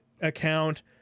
account